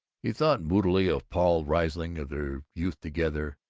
he thought moodily of paul riesling, of their youth together,